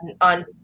on